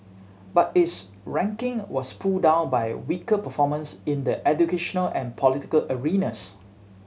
but its ranking was pulled down by weaker performance in the educational and political arenas